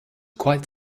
quite